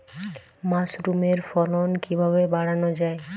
মাসরুমের ফলন কিভাবে বাড়ানো যায়?